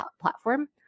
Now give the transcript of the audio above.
platform